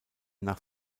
nach